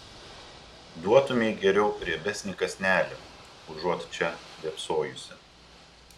duotumei geriau riebesnį kąsnelį užuot čia vėpsojusi